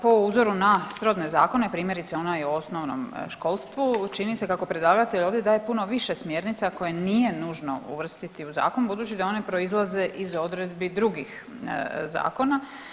Po uzoru na srodne zakone, primjerice onaj o osnovnom školstvu čini se kako predlagatelj ovdje daje puno više smjernica koje nije nužno uvrstiti u zakon budući da one proizlaze iz odredbi drugih zakona.